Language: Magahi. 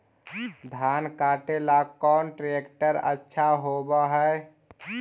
धान कटे ला कौन ट्रैक्टर अच्छा होबा है?